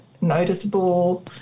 noticeable